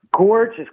Gorgeous